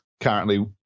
currently